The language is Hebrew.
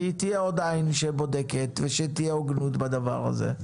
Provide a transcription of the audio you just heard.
כי תהיה עוד עין שבודקת ושתהיה הוגנות בדבר הזה.